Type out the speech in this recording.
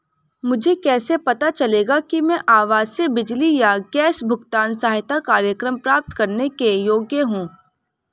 मुझे कैसे पता चलेगा कि मैं आवासीय बिजली या गैस भुगतान सहायता कार्यक्रम प्राप्त करने के योग्य हूँ?